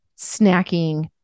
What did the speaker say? snacking